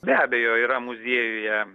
be abejo yra muziejuje